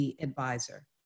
advisor